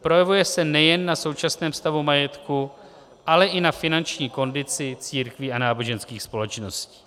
Projevuje se nejen na současném stavu majetku, ale i na finanční kondici církví a náboženských společností.